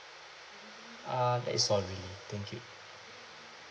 uh that is all really thank you